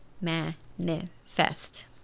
manifest